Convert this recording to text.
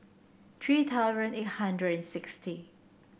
three thousand eight hundred and sixty